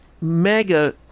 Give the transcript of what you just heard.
mega